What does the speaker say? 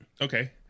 Okay